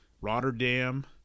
rotterdam